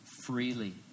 freely